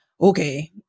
okay